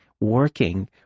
working